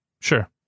Sure